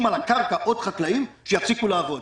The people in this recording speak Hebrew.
על הקרקע עוד חקלאים שיפסיקו לעבוד.